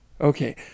Okay